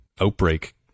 outbreak